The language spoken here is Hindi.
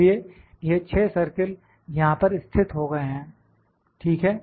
इसलिए यह 6 सर्किल यहां पर स्थित हो गए हैं ठीक है